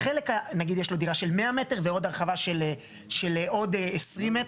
נגיד יש לו דירה של 100 מטר ועוד החרבה של 20 מטרים,